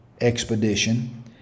expedition